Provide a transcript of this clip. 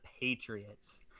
Patriots